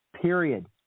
Period